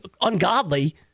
ungodly